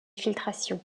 filtration